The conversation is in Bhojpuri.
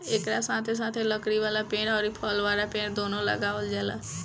एकरा साथे साथे लकड़ी वाला पेड़ अउरी फल वाला पेड़ दूनो लगावल जाला